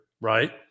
right